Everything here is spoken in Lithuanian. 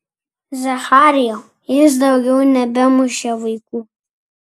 zacharijau jis daugiau nebemušė vaikų